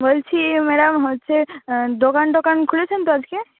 বলছি ম্যাডাম হচ্ছে দোকান টোকান খুলেছেন তো আজকে